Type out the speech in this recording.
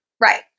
Right